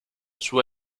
sua